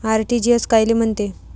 RTGS कायले म्हनते?